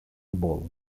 bold